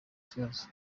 ikibazo